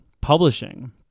publishing